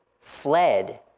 fled